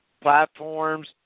platforms